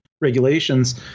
regulations